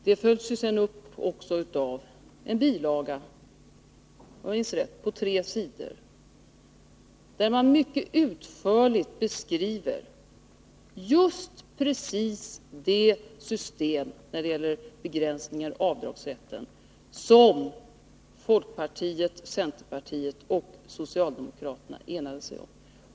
Detta följs sedan upp i en bilaga på tre sidor, om jag minns rätt, där man mycket utförligt beskriver just precis det system när det gäller begränsningar i avdragsrätten som folkpartiet, centerpartiet och socialdemokraterna enades om.